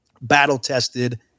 battle-tested